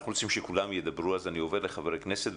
אנחנו רוצים שכולם ידברו אז אני עובר לחברי הכנסת.